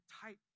tight